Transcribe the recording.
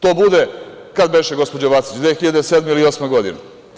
To bude, kad beše, gospođo Vacić, 2007. ili 2008. godine.